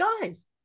Guys